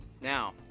now